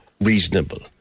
reasonable